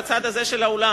בצד הזה של האולם.